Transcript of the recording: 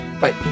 bye